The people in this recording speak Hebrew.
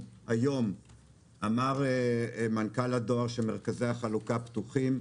אמר מנכ"ל הדואר שמרכזי החלוקה פתוחים.